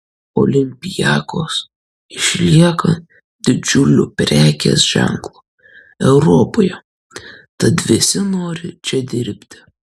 olympiakos išlieka didžiuliu prekės ženklu europoje tad visi nori čia dirbti